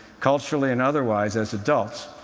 culturally and otherwise, as adults.